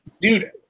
Dude